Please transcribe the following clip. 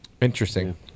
Interesting